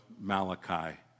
Malachi